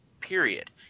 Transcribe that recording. period